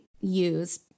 use